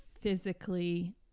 physically